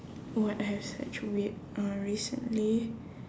what I have searched weird uh recently